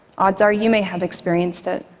odds are you may have experienced it,